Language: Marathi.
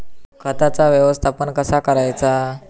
खताचा व्यवस्थापन कसा करायचा?